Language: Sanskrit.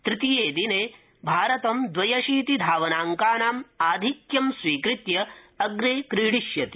तृतीये दिने भारतं द्वयशीतिः धावानाङ्कानाम् अधिक्यं स्वीकृत्य अग्रे क्रीडिष्यति